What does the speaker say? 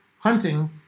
hunting